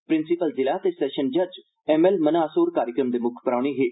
principal जिला ते session जज एम एल मन्हास होर कार्यक्रम दे मुक्ख परौहने हे